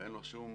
ואין לו שום